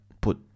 put